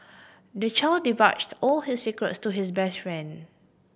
the child divulged all his secrets to his best friend